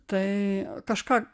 tai kažką